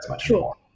sure